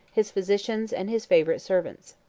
his physicians and his favorite servants.